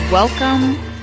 Welcome